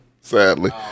sadly